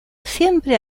siempre